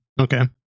Okay